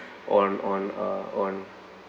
on on uh on